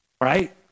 right